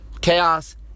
Chaos